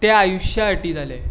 ते आयुश्यासाठी जाले